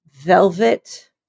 velvet